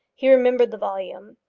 he remembered the volume.